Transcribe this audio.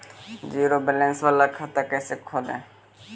Zero balance बाला खाता कैसे खोले?